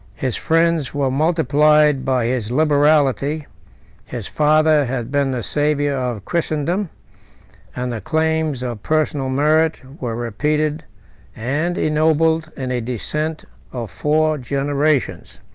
his friends were multiplied by his liberality his father had been the savior of christendom and the claims of personal merit were repeated and ennobled in a descent of four generations.